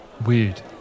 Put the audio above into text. Weird